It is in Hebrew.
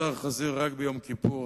בשר חזיר רק ביום כיפור,